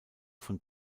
von